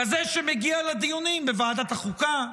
כזה שמגיע לדיונים בוועדת החוקה,